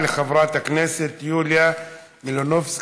של חברת הכנסת יוליה מלינובסקי,